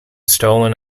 stolen